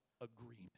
agreement